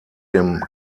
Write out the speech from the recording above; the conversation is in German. dem